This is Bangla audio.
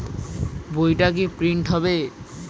বইটা কি প্রিন্ট হবে?